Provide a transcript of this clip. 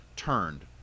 turned